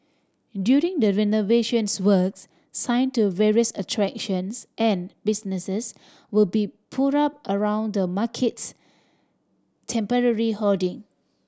during the renovations works sign to various attractions and businesses will be put up around the market's temporary hoarding